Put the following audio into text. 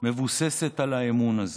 מבוססת על האמון הזה,